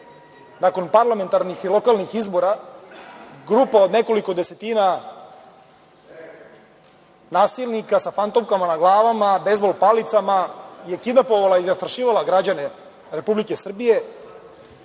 nakon parlamentarnih i lokalnih izbora, grupa od nekoliko desetina nasilnika sa fantomkama na glavama, bejzbol palicama, je kidnapovala i zastrašivala građane Republike Srbije,